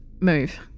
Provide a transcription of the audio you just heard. move